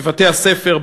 בבתי-הספר,